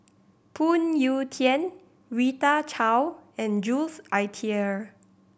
Phoon Yew Tien Rita Chao and Jules Itier